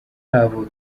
abo